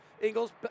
Ingles